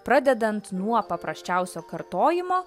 pradedant nuo paprasčiausio kartojimo